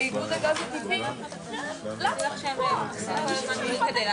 למען האמת, הוא מורכב כמעט 100% ממתאן.